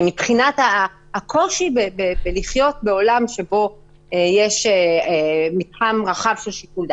מבחינת הקושי לחיות בעולם שבו יש מתחם רחב של שיקול דעת.